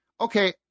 Okay